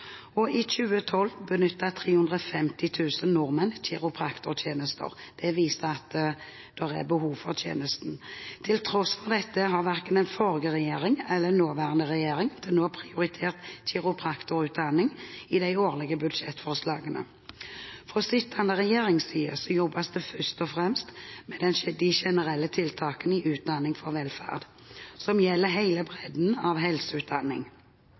I 2012 benyttet 350 000 nordmenn kiropraktortjenester. Det viser at det er behov for tjenesten. Til tross for dette har verken den forrige eller den nåværende regjering til nå prioritert kiropraktorutdanning i de årlige budsjettforslagene. Fra sittende regjerings side jobbes det først og fremst med de generelle tiltakene i Utdanning for velferd, som gjelder hele bredden av helseutdanning.